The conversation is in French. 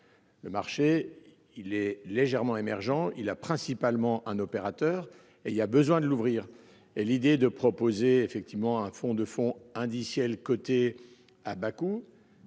Le marché il est légèrement émergents il a principalement un opérateur et il y a besoin de l'ouvrir. Et l'idée de proposer, effectivement, un fonds de fonds indiciels côtés à Bakou.